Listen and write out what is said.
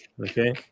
okay